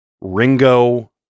Ringo